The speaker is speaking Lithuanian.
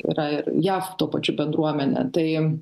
yra ir jav tuo pačiu bendruomenė tai